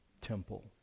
temple